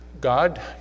God